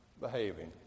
Behaving